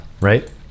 right